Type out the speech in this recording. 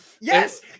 Yes